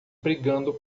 brigando